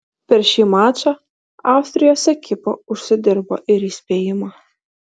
per šį mačą austrijos ekipa užsidirbo ir įspėjimą